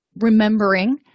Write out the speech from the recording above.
remembering